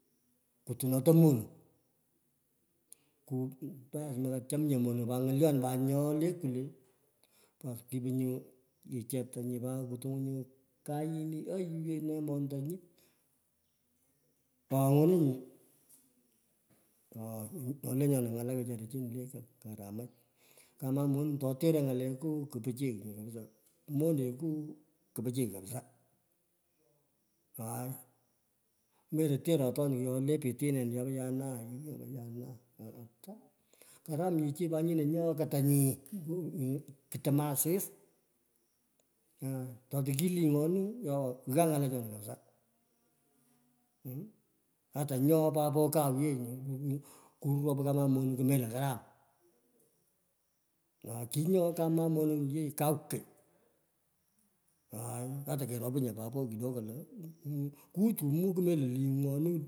Kutung’ata monung, ku par mokacham nye monung’o pat ng’oiyon pat nyole kwule. Baas keepo nyu, cheptanyi kutang’u nyo kayini, aywei ng’o monta nyu oo monungu, oo, nyoole nyona ng’ala wechara chini lekaramah. Koma moning ato terei ng’aleka ku pichiy, moneku, kupichy kapisaa aai melo. Teroroi nyo pitinen yopo ya naa, ya naa, aaha, ata karam nyu chi nyino nyoghei katanyi, kutomi asis. Tori kiling’oni, ghaa ng’alechona kapsaa. Ata nbyoghoi papo kau yee nyu, kurop kama moning kumelo karam. Aaa, kinyoghoi kama moning ye kou kony, aai, ata keropu nye papo kidogo lo kutumui kumelo ling’onui